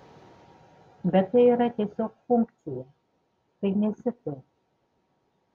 bet tai yra tiesiog funkcija tai nesi tu